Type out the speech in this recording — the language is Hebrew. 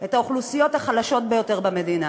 את האוכלוסיות החלשות ביותר במדינה.